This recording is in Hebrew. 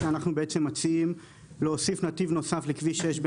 אנחנו מציעים להוסיף נתיב נוסף לכביש 6,